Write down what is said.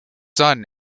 son